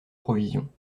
provisions